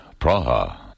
Praha